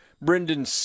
Brendan